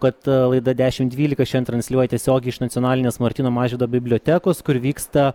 kad laida dešimt dvylika šiandien transliuoja tiesiogiai iš nacionalinės martyno mažvydo bibliotekos kur vyksta